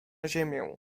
ziemię